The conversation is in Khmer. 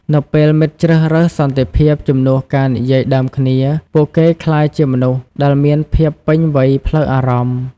នៅពេលមិត្តជ្រើសរើសសន្តិភាពជំនួសការនិយាយដើមគ្នា ពួកគេក្លាយជាមនុស្សដែលមានភាពពេញវ័យផ្លូវអារម្មណ៍។